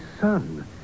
son